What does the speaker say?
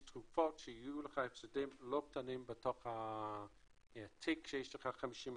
יש תקופות שיהיו לך הפסדים לא קטנים בתוך התיק כשיש לך 50%,